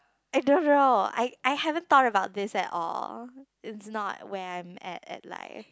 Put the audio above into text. I don't know I I haven't thought about this at all it's not where I'm at at like